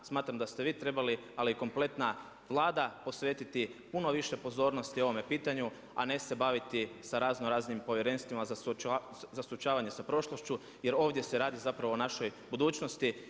Smatram da ste vi trebali, ali i kompletna Vlada posvetiti puno više pozornosti ovome pitanju, a ne se baviti sa raznoraznim povjerenstvima za suočavanje sa prošlošću jer ovdje se radi zapravo o našoj budućnosti.